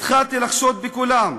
התחלתי לחשוד בכולם,